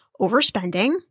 overspending